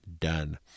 Done